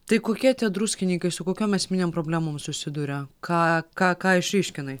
tai kokie tie druskininkai su kokiom esminėm problemom susiduria ką ką ką išryškinai